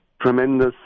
tremendous